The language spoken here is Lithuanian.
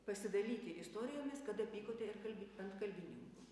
pasidalyti istorijomis kada pykote ir kalbi ant kalbininkų